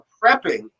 prepping